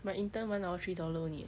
my intern one three dollar only eh